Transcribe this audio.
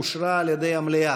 אושרה על ידי המליאה.